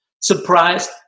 surprised